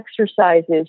exercises